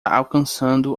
alcançando